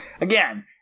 again